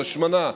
השמנה,